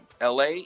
LA